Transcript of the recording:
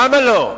למה לא?